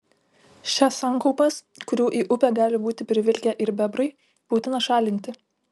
šias sankaupas kurių į upę gali būti privilkę ir bebrai būtina šalinti